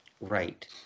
Right